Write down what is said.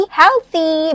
healthy